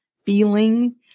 feeling